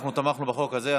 אנחנו תמכנו בחוק הזה.